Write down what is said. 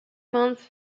months